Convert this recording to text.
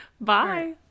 bye